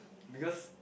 because